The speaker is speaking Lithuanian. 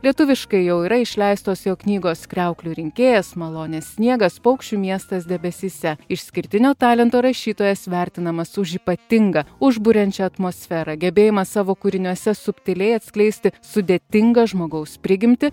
lietuviškai jau yra išleistos jo knygos kriauklių rinkėjas malonus sniegas paukščių miestas debesyse išskirtinio talento rašytojas vertinamas už ypatingą užburiančią atmosferą gebėjimą savo kūriniuose subtiliai atskleisti sudėtingą žmogaus prigimtį